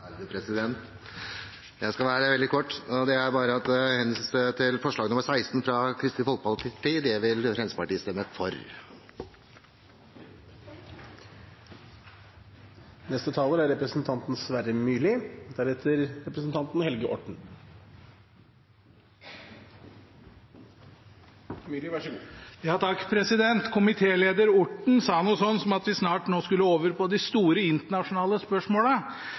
Jeg skal være veldig kort. Jeg vil bare henvise til forslag nr. 16, fra Kristelig Folkeparti. Det vil Fremskrittspartiet stemme for. Komitéleder Orten sa noe sånt som at vi snart nå skulle over på de store internasjonale spørsmålene. La meg da her på tampen bidra til det ved å si noen ord om jernbanen gjennom Moss, siden vi